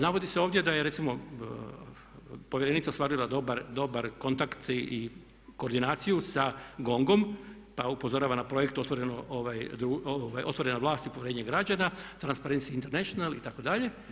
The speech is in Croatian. Navodi se ovdje da je recimo povjerenica ostvarila dobar kontakt i koordinaciju sa GONG-om pa upozorava na projekt otvorena vlast i povjerenje građana, Transparency International itd.